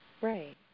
Right